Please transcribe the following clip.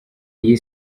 iyi